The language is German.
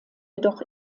jedoch